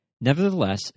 Nevertheless